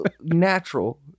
Natural